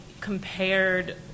compared